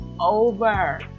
over